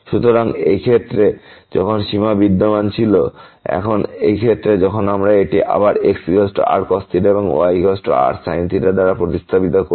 সুতরাং এই ক্ষেত্রে যখন সীমা বিদ্যমান ছিল এবং এখন এই ক্ষেত্রে যখন আমরা এটি আবার x rcos এবং yrsin দ্বারা প্রতিস্থাপন করি